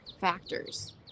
factors